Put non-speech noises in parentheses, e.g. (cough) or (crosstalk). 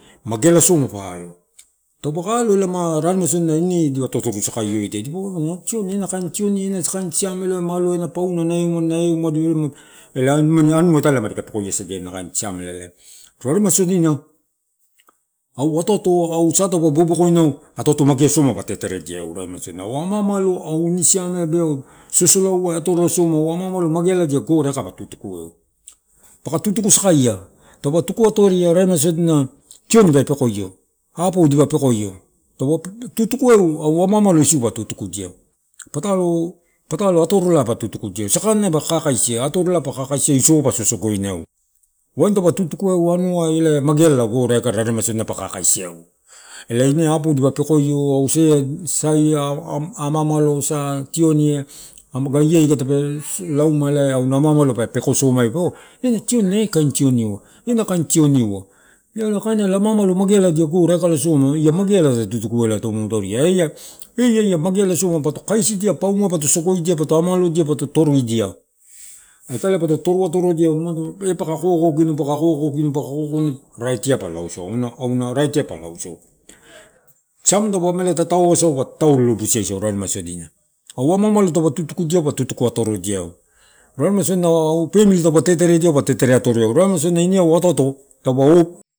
Mageala soma pa alo, taupaka alo elae ma rarema sodinai ine dipa totoru saka io adia, dipa ua oo ena tionii, ena kaini tioni ena kaini siamela ma aloa pauna na eumado, eumado (unintelligible) elae enua, anua italae kapeko ia isadia ena kain siamela elae, rarema sodina au ato ato au sa taupa bobo koina eu ato ato magea soma pa teteredi aeu raremasodina, au ama auiaio au ini siameala be'au sosolau ai atoria soma au ama amala magealadi gereaka pa tutukueu paka tutusakaia taupa tuku atoria raremai sodina tioni pe pekoio, aapou dipa pekoio, taupa atorolaipa tutukueu, sakaninai paka kakaisia atorolai pakaka siaeu isiouai pasosogo ina eu. Waini taupa tutukuaeu anuai elae magealala goreaika rarema sodina pa kakaisiaeu, elae ine apou dipa pekoio au sea (unintelligible) amaamalo sa, tioni tape laumai peua tioni ekaini tioni ua, ena kain tion ua, io ela ama amalo megeala diala goreakuisoma ia magealala tutuku elato mutoruia eiaeia mageala soma pato kasidia paumuo i pato sogoidia pato amaloidia pato toruidia, italaepato toru atorodia umado ita lae paka kokokina paks kokokina raitiai pa loosau siamela taupa ameala tataoaisu pa tataololo busia isau, raremasodina au ama amalo taupa tutukudiaeu pa tutuku atorodia eu rarema sodina au pamli taupa teteredia eu pa tetere atorodiaeu, raremai sodina ine au atoato taupa oku.